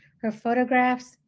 her photographs,